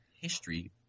history